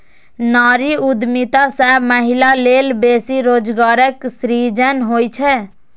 नारी उद्यमिता सं महिला लेल बेसी रोजगारक सृजन होइ छै